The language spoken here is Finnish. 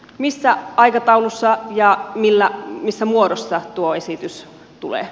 missä aikataulussa ja missä muodossa tuo esitys tulee